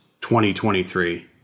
2023